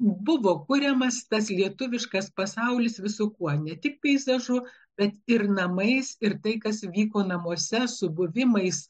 buvo kuriamas tas lietuviškas pasaulis visu kuo ne tik peizažu bet ir namais ir tai kas vyko namuose subuvimais